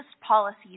policies